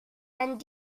and